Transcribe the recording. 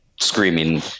screaming